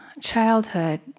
childhood